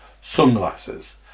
Sunglasses